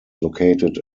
located